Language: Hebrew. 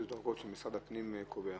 או שאלו דרגות שמשרד הפנים קובע?